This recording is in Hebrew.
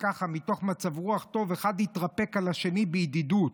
ומתוך מצב רוח טוב האחד התרפק על השני בידידות.